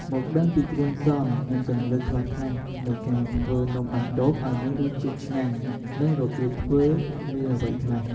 មកដឹងពីគ្រឿងផ្សំនិងគន្លឹះខ្លះៗនៃការធ្វើនំបាញ់ឌុកឲ្យមានរសជាតិឆ្ងាញ់និងរប្រៀបធ្វើមានអ្វីខ្លះ។